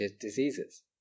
diseases